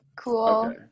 Cool